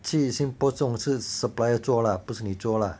去 SingPost 这种是 supplier 做啦不是你做啦